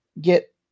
get